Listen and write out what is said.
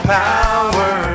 power